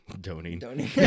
donating